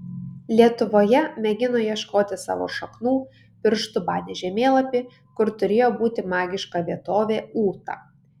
lietuvoje mėgino ieškoti savo šaknų pirštu badė žemėlapį kur turėjo būti magiška vietovė ūta